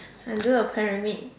I do a pyramid